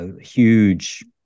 huge